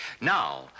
Now